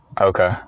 okay